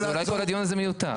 אז אולי כל הדיון הזה מיותר.